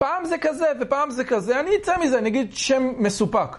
פעם זה כזה ופעם זה כזה, אני אצא מזה, אני אגיד שם מסופק.